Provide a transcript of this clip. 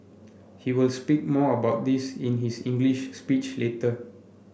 he will speak more about this in his English speech later